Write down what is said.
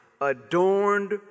adorned